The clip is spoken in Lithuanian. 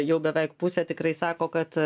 jau beveik pusę tikrai sako kad